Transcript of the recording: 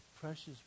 precious